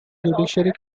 judiciary